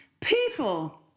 People